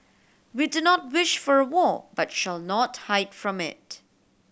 we do not wish for a war but shall not hide from it